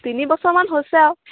তিনি বছৰমান হৈছে আৰু